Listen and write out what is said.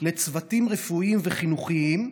לצוותים רפואיים וחינוכיים,